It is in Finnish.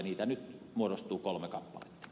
niitä nyt muodostuu kolme kappaletta